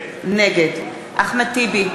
נגד אחמד טיבי,